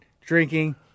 drinking